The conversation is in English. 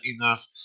enough